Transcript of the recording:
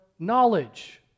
knowledge